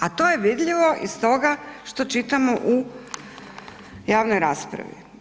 A to je vidljivo iz toga što čitamo u javnoj raspravi.